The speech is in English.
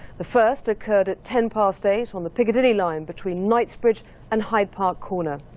the first occurred at ten past eight on the piccadilly line between knightsbridge and hyde park corner.